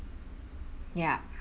ya